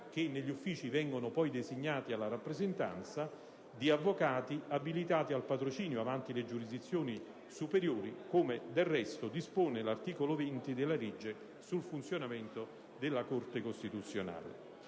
che negli stessi vengono poi designati alla rappresentanza, di avvocati abilitati al patrocinio avanti le giurisdizioni superiori, come del resto dispone l'articolo 20 della legge sul funzionamento della Corte costituzionale.